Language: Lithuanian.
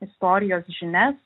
istorijos žinias